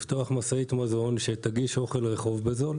לפתוח משאית מזון שתגיש אוכל רחוב בזול.